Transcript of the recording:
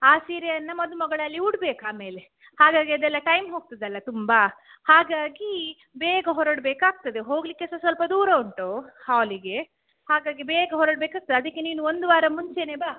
ಆ ಸೀರೆಯನ್ನು ಮದುಮಗಳಲ್ಲಿ ಉಡ್ಬೇಕು ಆಮೇಲೆ ಹಾಗಾಗಿ ಅದೆಲ್ಲಾ ಟೈಮ್ ಹೋಗ್ತದಲ್ಲ ತುಂಬಾ ಹಾಗಾಗಿ ಬೇಗ ಹೊರಡಬೇಕಾಗ್ತದೆ ಹೋಗಲಿಕ್ಕೆ ಸಹ ಸ್ವಲ್ಪ ದೂರ ಉಂಟು ಹೋಲಿಗೆ ಹಾಗಾಗಿ ಬೇಗ ಹೊರಡ್ಬೇಕಾಗ್ತದೆ ಅದಕ್ಕೆ ನೀನು ಒಂದು ವಾರ ಮುಂಚೆನೆ ಬಾ